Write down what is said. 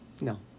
No